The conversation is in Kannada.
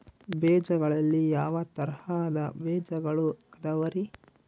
ಬೇಜಗಳಲ್ಲಿ ಯಾವ ತರಹದ ಬೇಜಗಳು ಅದವರಿ?